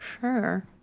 Sure